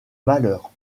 malheur